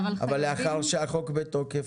אבל לאחר שהחוק בתוקף,